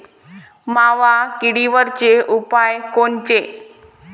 मावा किडीवरचे उपाव कोनचे?